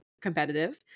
competitive